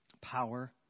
power